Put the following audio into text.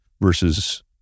versus